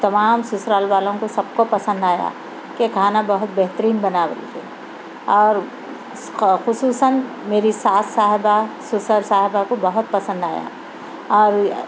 تمام سسرال والوں کو سب کو پسند آیا کہ کھانا بہت بہترین بنا بول کے اور خصوصاً میری ساس صاحبہ سسر صاحبہ کو بہت پسند آیا اور